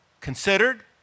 considered